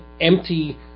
empty